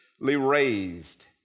raised